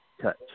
touch